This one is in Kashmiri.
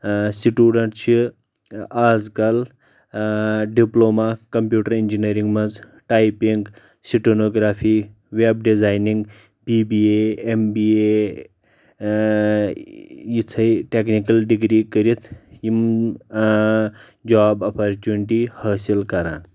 سٹوٗڈنٛٹ چھِ اَز کل ڈپلومہ کمپیوٹر انجینرنگ منٛز typing stenography web designing B B A M B A یِژھَے ٹیکنکل ڈگری کرتھ یم جاب اپرچُنٹی حٲصل کران